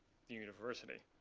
the university.